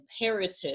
imperative